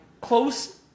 close